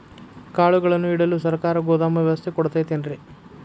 ಕಾಳುಗಳನ್ನುಇಡಲು ಸರಕಾರ ಗೋದಾಮು ವ್ಯವಸ್ಥೆ ಕೊಡತೈತೇನ್ರಿ?